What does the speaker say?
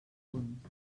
punt